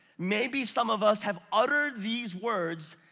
maybe some of us have uttered these words,